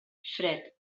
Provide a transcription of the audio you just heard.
fred